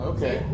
Okay